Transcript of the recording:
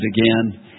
again